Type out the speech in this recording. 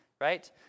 right